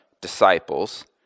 disciples